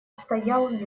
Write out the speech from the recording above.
стоял